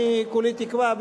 אני כולי תקווה,